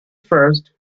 first